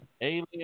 alien